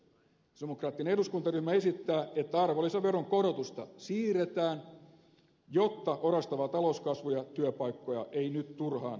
sosialidemokraattinen eduskuntaryhmä esittää että arvonlisäveron korotusta siirretään jotta orastavaa talouskasvua ja työpaikkoja ei nyt turhaan vaarannettaisi